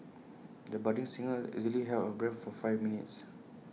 the budding singer easily held her breath for five minutes